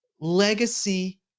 legacy